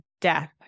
death